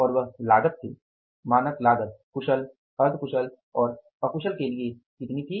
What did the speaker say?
और वह लागत थी मानक लागत कुशल अर्ध कुशल और अकुशल के लिए कितनी थी